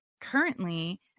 currently